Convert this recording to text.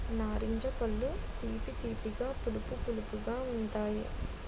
నారింజ పళ్ళు తీపి తీపిగా పులుపు పులుపుగా ఉంతాయి